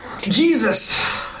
Jesus